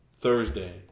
Thursday